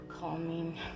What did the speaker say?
calming